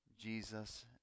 Jesus